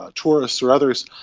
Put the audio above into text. ah tourists or others,